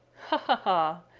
ha! ha!